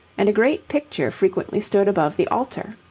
and a great picture frequently stood above the altar.